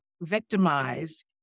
victimized